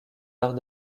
arts